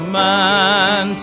man